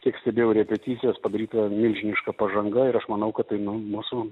kiek stebėjau repeticijas padaryta milžiniška pažanga ir aš manau kad tai nu mūsų